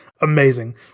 Amazing